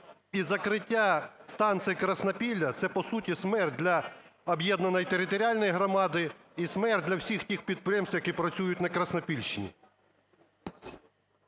і закриття станції "Краснопілля" – це, по суті, смерть для об'єднаної територіальної громади і смерть для всіх тих підприємств, які працюють на Краснопільщині.